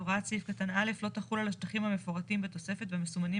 הוראת סעיף קטן א' לא תחול על השטחים המפורטים בתוספת והמסומנים